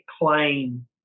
claim